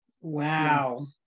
wow